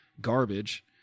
garbage